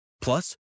plus